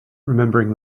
remembering